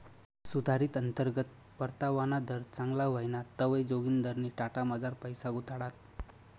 सुधारित अंतर्गत परतावाना दर चांगला व्हयना तवंय जोगिंदरनी टाटामझार पैसा गुताडात